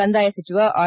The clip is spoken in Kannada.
ಕಂದಾಯ ಸಚಿವ ಆರ್